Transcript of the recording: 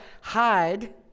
hide